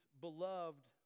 beloved